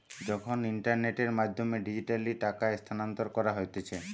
যখন ইন্টারনেটের মাধ্যমে ডিজিটালি টাকা স্থানান্তর করা হতিছে